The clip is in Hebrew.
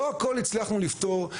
לא הכל הצלחנו לפתור,